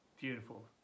beautiful